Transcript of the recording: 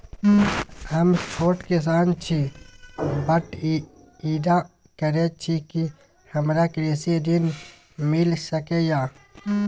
हम छोट किसान छी, बटईया करे छी कि हमरा कृषि ऋण मिल सके या?